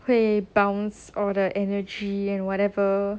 会 bounce all the energy and whatever